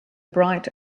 bright